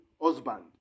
husband